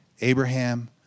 Abraham